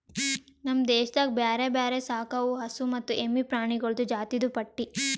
ನಮ್ ದೇಶದಾಗ್ ಬ್ಯಾರೆ ಬ್ಯಾರೆ ಸಾಕವು ಹಸು ಮತ್ತ ಎಮ್ಮಿ ಪ್ರಾಣಿಗೊಳ್ದು ಜಾತಿದು ಪಟ್ಟಿ